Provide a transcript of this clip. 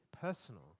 personal